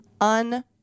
un